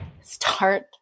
start